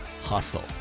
hustle